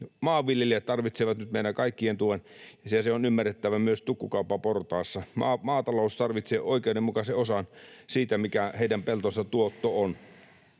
Maanviljelijät tarvitsevat nyt meidän kaikkien tuen, ja se on ymmärrettävä myös tukkukauppaportaassa. Maatalous tarvitsee oikeudenmukaisen osan siitä, mikä heidän peltonsa tuotto on.